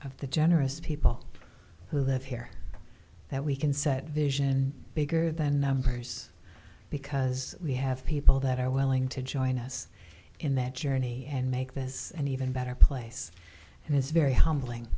of the generous people who live here that we can set vision bigger than numbers because we have people that are willing to join us in that journey and make this an even better place and it's very humbling